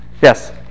yes